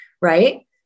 right